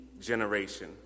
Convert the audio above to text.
generation